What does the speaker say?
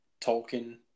Tolkien